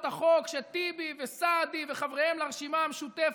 החוק שטיבי וסעדי וחבריהם לרשימה המשותפת,